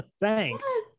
thanks